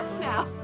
now